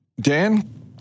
Dan